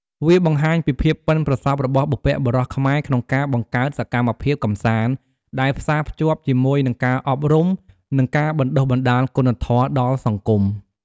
វាបង្ហាញពីភាពប៉ិនប្រសប់របស់បុព្វបុរសខ្មែរក្នុងការបង្កើតសកម្មភាពកម្សាន្តដែលផ្សារភ្ជាប់ជាមួយនឹងការអប់រំ និងការបណ្ដុះបណ្ដាលគុណធម៌ដល់សង្គម។